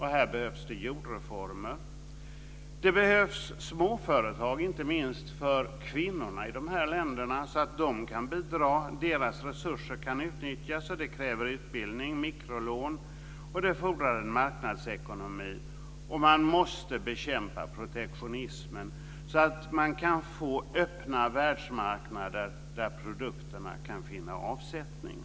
Här behövs det jordreformer. Det behövs små företag, inte minst för kvinnorna i de här länderna så att de kan bidra, så att deras resurser kan utnyttjas. Det kräver utbildning, mikrolån, och det fordrar en marknadsekonomi. Och man måste bekämpa protektionismen för att kunna få öppna världsmarknader där produkterna kan finna avsättning.